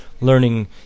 learning